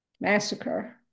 massacre